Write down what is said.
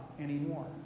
anymore